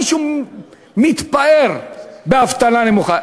מישהו מתפאר באבטלה נמוכה.